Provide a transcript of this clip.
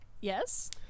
Yes